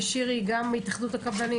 שירי, גם מהתאחדות הקבלנים.